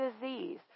disease